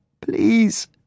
Please